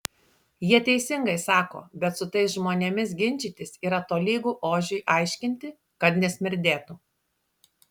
jie teisingai sako bet su tais žmonėmis ginčytis yra tolygu ožiui aiškinti kad nesmirdėtų